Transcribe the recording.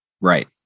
Right